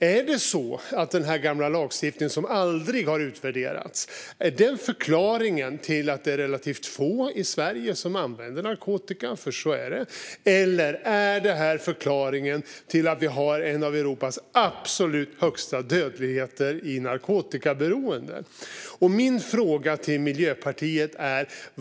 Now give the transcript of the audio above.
Är det så att den gamla lagstiftningen som aldrig har utvärderats är förklaringen till att det är relativt få i Sverige som använder narkotika, eller är det förklaringen till att Sverige är det land som har Europas absolut högsta dödlighet bland narkotikaberoende?